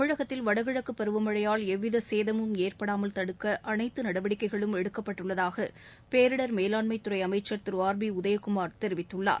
தமிழகத்தில் வடகிழக்குபருவமழையால் ஏற்படாமல் தடுக்க அனைத்துடவடிக்கைகளும் எடுக்கப்படும் என்றுபேரிடர் மேலான்மைத்துறைஅமைச்சர் திரு ஆர் பிஉதயகுமார் தெரிவித்துள்ளார்